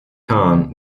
khan